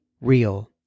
real